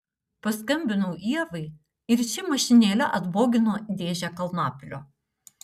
paskambinau ievai ir ši mašinėle atbogino dėžę kalnapilio